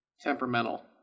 temperamental